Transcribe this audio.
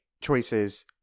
choices